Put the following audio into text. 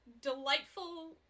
delightful